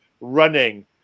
running